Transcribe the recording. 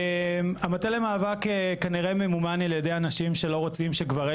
המטה למאבק כנראה ממומן על ידי אנשים שלא רוצים שגברי